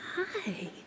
Hi